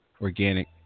organic